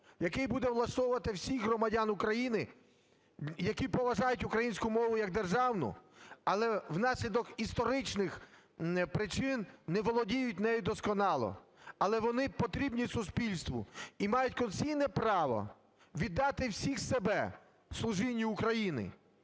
який буде влаштовувати всіх громадян України, які поважають українську мову як державну, але внаслідок історичних причин не володіють нею досконало, але вони потрібні суспільству і мають конституційне право віддати всіх себе служінню Україні.